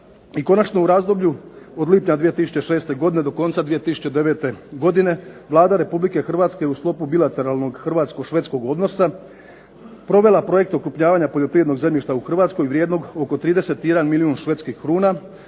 I konačno u razdoblju od lipnja 2006. godine do konca 2009. godine Vlada Republike Hrvatske je u sklopu bilateralnog hrvatsko-švedskog odnosa provela projekt okrupnjavanja poljoprivrednog zemljišta u Hrvatskoj vrijednog oko 31 milijun švedskih kruna,